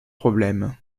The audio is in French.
problème